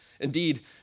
Indeed